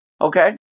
Okay